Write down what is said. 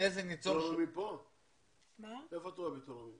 האתיופים הם בגילאי 50-40. הדור ההולך נעלם זה המחתרות,